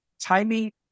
Timing